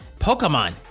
Pokemon